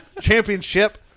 championship